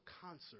concert